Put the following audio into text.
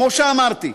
כמו שאמרתי,